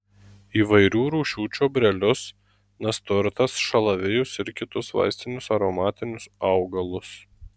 įvairių rūšių čiobrelius nasturtas šalavijus ir kitus vaistinius aromatinius augalus